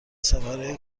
سفرهای